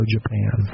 Japan